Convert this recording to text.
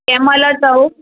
कंहिं महिल अचूं